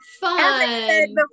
Fun